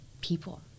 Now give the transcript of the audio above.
people